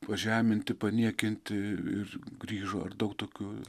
pažeminti paniekinti ir grįžo ir daug tokių